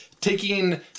Taking